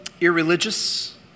irreligious